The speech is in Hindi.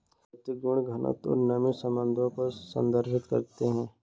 भौतिक गुण घनत्व और नमी संबंधों को संदर्भित करते हैं